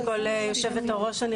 היושבת-ראש,